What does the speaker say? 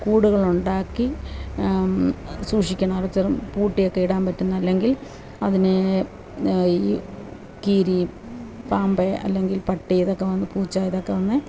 കൂടുകളുണ്ടാക്കി സൂക്ഷിക്കണം അടച്ചു ഉറ പൂട്ടിയൊക്കെ ഇടാൻ പറ്റുന്ന അല്ലെങ്കിൽ അതിനെ ഈ കീരി പാമ്പ് അല്ലെങ്കിൽ പട്ടി ഇതൊക്കെവന്നു പൂച്ച ഇതൊക്കെ വന്നു